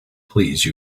please